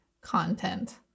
content